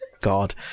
God